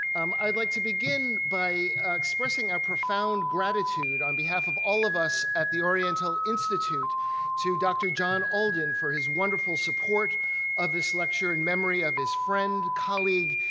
i'd like to begin by expressing our profound gratitude on behalf of all of us at the oriental institute to dr. john alden for his wonderful support of this lecture in memory of his friend, colleague,